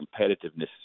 competitiveness